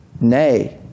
Nay